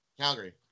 Calgary